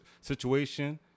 situation